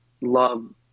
love